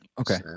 Okay